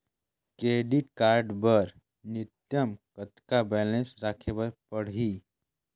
Credit card बर न्यूनतम कतका बैलेंस राखे बर पड़ही?